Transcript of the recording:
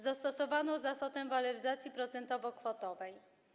Zastosowano zasadę waloryzacji procentowo-kwotowej.